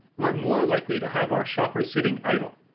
we're more likely to have our shopper sitting idle.